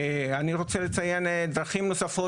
אני רוצה לציין דרכים נוספות,